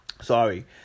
Sorry